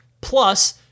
plus